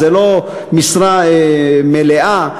זו לא משרה מלאה,